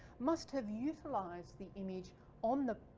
must have utilized the image on the,